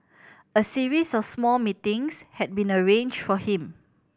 a series of small meetings had been arranged for him